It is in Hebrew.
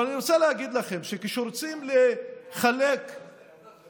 אבל אני רוצה להגיד לכם שכשרוצים לחלק פיצוי,